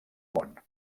món